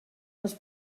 les